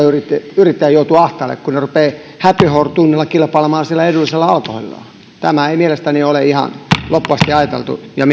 että se ravintolayrittäjä joutuu ahtaalle kun se rupeaa happy hour tunneilla kilpailemaan sillä edullisella alkoholilla tämä ei mielestäni ole ihan loppuun asti ajateltu ja